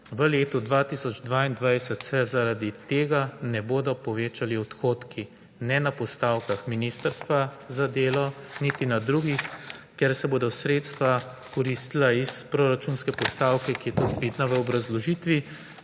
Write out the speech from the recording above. V letu 2022 se zaradi tega ne bodo povečali odhodki, ne na postavkah ministrstva za delo niti na drugih, ker se bodo sredstva koristila iz proračunske postavke, ki je tudi vidna v obrazložitvi,